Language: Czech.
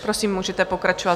Prosím, můžete pokračovat.